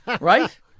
right